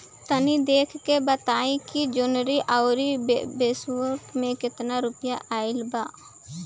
तनी देख के बताई कि जौनरी आउर फेबुयारी में कातना रुपिया आएल बा?